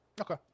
Okay